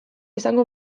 izango